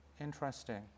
Interesting